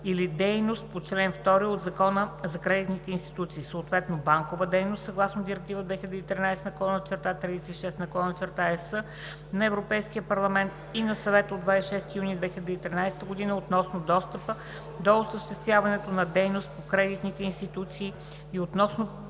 или дейност по чл. 2 от Закона за кредитните институции, съответно банкова дейност съгласно Директива 2013/36/ЕС на Европейския парламент и на Съвета от 26 юни 2013 година относно достъпа до осъществяването на дейност от кредитните институции и относно